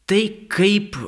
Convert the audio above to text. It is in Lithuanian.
tai kaip